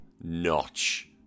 notch